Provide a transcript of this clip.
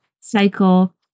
cycle